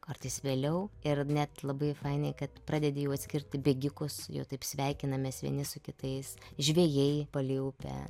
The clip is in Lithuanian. kartais vėliau ir net labai fainiai kad pradedi jau atskirti bėgikus jau taip sveikinamės vieni su kitais žvejai palei upę